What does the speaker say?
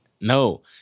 No